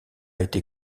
été